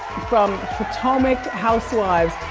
from potomac housewives,